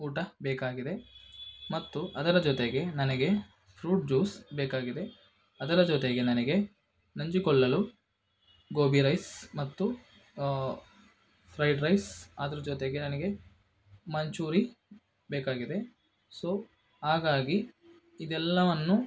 ಊಟ ಬೇಕಾಗಿದೆ ಮತ್ತು ಅದರ ಜೊತೆಗೆ ನನಗೆ ಫ್ರೂಟ್ ಜೂಸ್ ಬೇಕಾಗಿದೆ ಅದರ ಜೊತೆಗೆ ನನಗೆ ನೆಂಚಿಕೊಳ್ಳಲು ಗೋಬಿ ರೈಸ್ ಮತ್ತು ಫ್ರೈಡ್ ರೈಸ್ ಅದ್ರ ಜೊತೆಗೆ ನನಗೆ ಮಂಚೂರಿ ಬೇಕಾಗಿದೆ ಸೊ ಹಾಗಾಗಿ ಇದೆಲ್ಲವನ್ನು